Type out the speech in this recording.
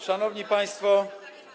Szanowni Państwo!